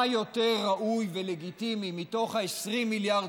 מה יותר ראוי ולגיטימי מלהוציא מתוך ה-20 מיליארד